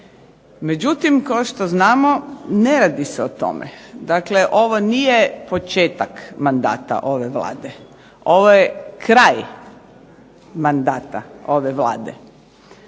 Međutim, kao što znamo ne radi se o tome. Dakle, ovo nije početak mandata ove Vlade. Ovo je kraj mandata ove Vlade.